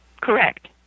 Correct